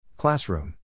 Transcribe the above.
Classroom